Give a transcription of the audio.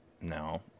No